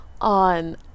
on